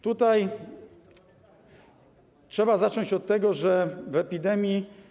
Tutaj trzeba zacząć od tego, że w epidemii.